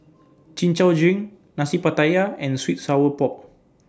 Chin Chow Drink Nasi Pattaya and Sweet Sour Pork